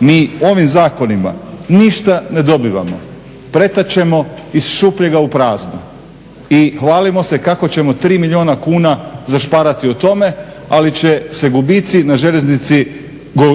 Mi ovim zakonima ništa ne dobivamo, pretačemo iz šupljega u prazno i hvalimo se kako ćemo 3 milijuna kuna zašparati u tome ali će se gubici na željeznici